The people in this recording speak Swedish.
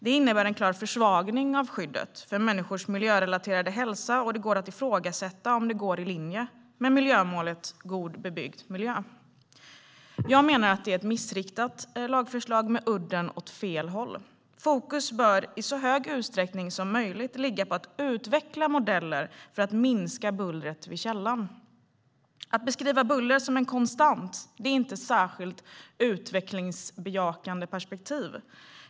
Det innebär en klar försvagning av skyddet för människors miljörelaterade hälsa, och det går att ifrågasätta om det går i linje med miljömålet God bebyggd miljö. Jag menar att detta är ett missriktat lagförslag med udden åt fel håll. Fokus bör i så stor utsträckning som möjligt ligga på att utveckla modeller för att minska bullret vid källan. Att beskriva buller som en konstant är inte ett särskilt utvecklingsbejakande perspektiv.